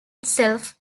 itself